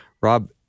Rob